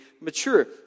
mature